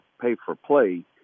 pay-for-play